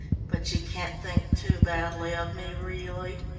but you can't think too badly of me, really.